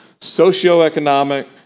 socioeconomic